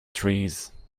trees